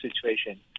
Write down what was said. situation